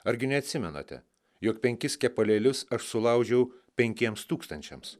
argi neatsimenate jog penkis kepalėlius aš sulaužiau penkiems tūkstančiams